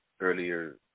Earlier